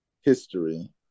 history